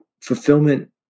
fulfillment